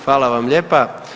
Hvala vam lijepa.